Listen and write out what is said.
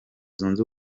zunze